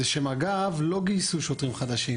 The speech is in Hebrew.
זה שמג"ב לא גייסו שוטרים חדשים.